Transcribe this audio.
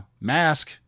mask